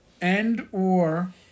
and/or